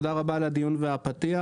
הדיון והפתיח.